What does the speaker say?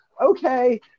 okay